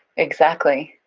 exactly.